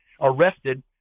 arrested